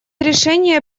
решения